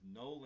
no